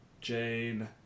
Jane